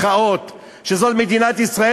שזאת מדינת ישראל,